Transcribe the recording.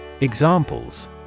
Examples